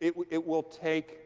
it will it will take